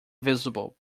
visible